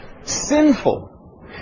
Sinful